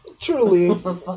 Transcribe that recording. truly